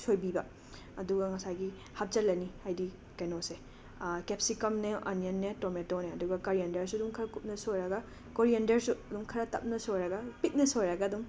ꯁꯣꯏꯕꯤꯕ ꯑꯗꯨꯒ ꯉꯁꯥꯏꯒꯤ ꯍꯥꯞꯆꯜꯂꯅꯤ ꯍꯥꯏꯗꯤ ꯀꯩꯅꯣꯁꯦ ꯀꯦꯞꯁꯤꯀꯝꯅꯦ ꯑꯅꯤꯌꯟꯅꯦ ꯇꯣꯃꯦꯇꯣꯅꯦ ꯑꯗꯨꯒ ꯀꯔꯤꯌꯦꯟꯗꯔꯁꯨ ꯑꯗꯨꯝ ꯈꯔ ꯀꯨꯞꯅ ꯁꯣꯏꯔꯒ ꯀꯣꯔꯤꯌꯦꯅꯗꯔꯁꯨ ꯑꯗꯨꯝ ꯈꯔ ꯇꯞꯅ ꯁꯣꯏꯔꯒ ꯄꯤꯛꯅ ꯁꯣꯏꯔꯒ ꯑꯗꯨꯝ